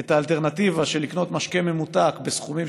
את האלטרנטיבה של קניית משקה ממותק בסכומים